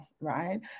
right